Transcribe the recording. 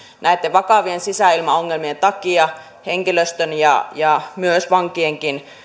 näitten vakavien sisäilmaongelmien takia henkilöstön ja ja myös vankien